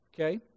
Okay